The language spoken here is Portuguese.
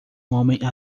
homem